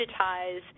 digitize